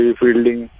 fielding